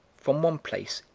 from one place,